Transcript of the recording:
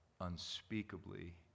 unspeakably